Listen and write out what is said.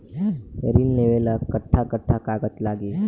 ऋण लेवेला कट्ठा कट्ठा कागज लागी?